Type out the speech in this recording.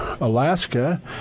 Alaska